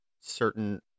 certain